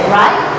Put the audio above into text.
right